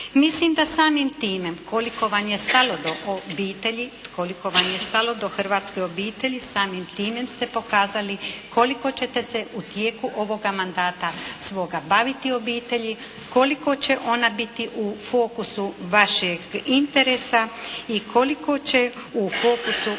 stalo do obitelji, koliko vam je stalo do hrvatske obitelji, samim time ste pokazali koliko ćete se u tijeku ovoga mandata svoga baviti obitelji, koliko će ona biti u fokusu vašeg interesa i koliko će u fokusu